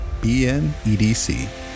BNEDC